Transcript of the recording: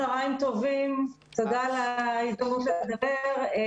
צוהריים טובים, תודה על ההזדמנות לדבר.